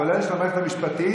כולל של המערכת המשפטית,